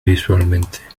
visualmente